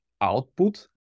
output